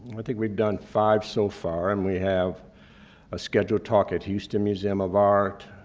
i think we've done five so far, and we have a scheduled talk at houston museum of art,